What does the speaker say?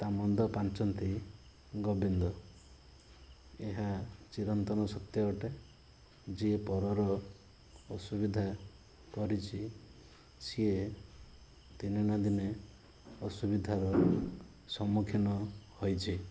ତା ମନ୍ଦ ପାଞ୍ଚନ୍ତି ଗୋବିନ୍ଦ ଏହା ଚିରନ୍ତନ ସତ୍ୟ ଅଟେ ଯିଏ ପରର ଅସୁବିଧା କରିଛି ସିଏ ଦିନେ ନା ଦିନେ ଅସୁବିଧାର ସମ୍ମୁଖୀନ ହୋଇଛି